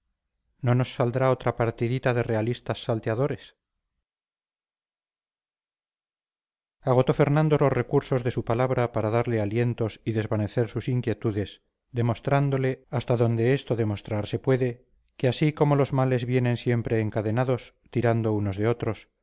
no nos saldrá otra partidita de realistas salteadores agotó fernando los recursos de su palabra para darle alientos y desvanecer sus inquietudes demostrándole hasta donde esto demostrarse puede que así como los males vienen siempre encadenados tirando unos de otros